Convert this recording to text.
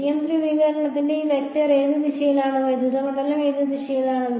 TM ധ്രുവീകരണത്തിൽ ഈ vector ഏത് ദിശയിലാണ് വൈദ്യുത മണ്ഡലം ഏത് ദിശയിലാണ്